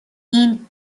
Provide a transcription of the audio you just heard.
این